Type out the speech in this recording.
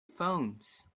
phones